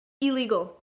illegal